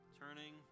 turning